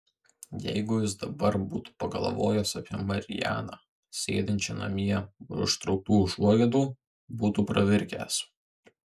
jeigu jis dabar būtų pagalvojęs apie marianą sėdinčią namie už užtrauktų užuolaidų būtų pravirkęs